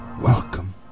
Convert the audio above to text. welcome